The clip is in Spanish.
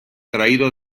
traído